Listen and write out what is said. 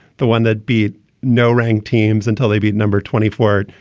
the one that beat no rank teams until they beat number twenty four.